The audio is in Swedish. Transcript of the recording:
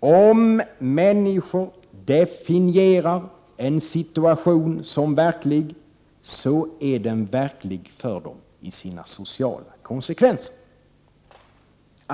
Om människor definierar en situation som verklig så är den verklig för dem i sina sociala konsekvenser.